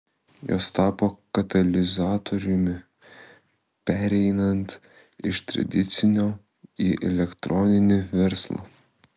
jos tapo katalizatoriumi pereinant iš tradicinio į elektroninį verslą